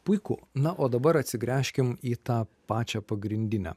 puiku na o dabar atsigręžkim į tą pačią pagrindinę